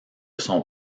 son